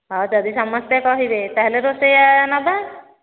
ହଁ ଯଦି ସମସ୍ତେ କହିବେ ତାହେଲେ ରୋଷେଇୟା ନେବା